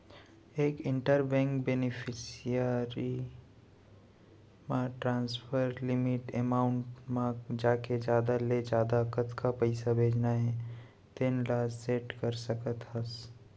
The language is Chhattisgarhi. एड इंटर बेंक बेनिफिसियरी म ट्रांसफर लिमिट एमाउंट म जाके जादा ले जादा कतका पइसा भेजना हे तेन ल सेट कर सकत हस